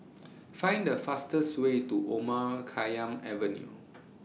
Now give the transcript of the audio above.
Find The fastest Way to Omar Khayyam Avenue